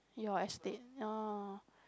new estate orh